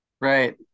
Right